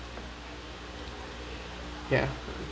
ya